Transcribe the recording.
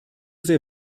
sehr